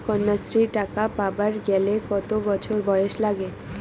কন্যাশ্রী টাকা পাবার গেলে কতো বছর বয়স লাগে?